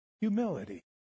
Humility